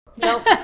Nope